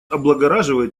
облагораживает